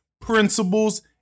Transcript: principles